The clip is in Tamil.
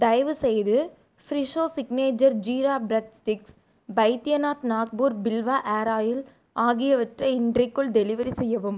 தயவுசெய்து Fresho signature jeera bread sticks Baidyanath Nagpur Bilva Har oil ஆகியவற்றை இன்றைக்குள் டெலிவெரி செய்யவும்